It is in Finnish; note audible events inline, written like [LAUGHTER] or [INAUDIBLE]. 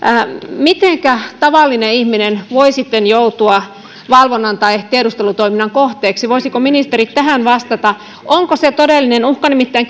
mitenkä tavallinen ihminen voi sitten joutua valvonnan tai tiedustelutoiminnan kohteeksi voisivatko ministerit tähän vastata onko se todellinen uhka nimittäin [UNINTELLIGIBLE]